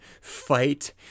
fight